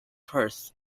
perth